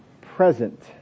present